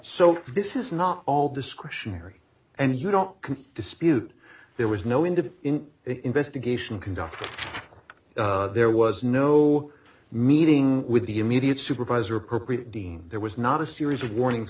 so this is not all discretionary and you don't dispute there was no into the investigation conducted there was no meeting with the immediate supervisor appropriate dean there was not a series of warnings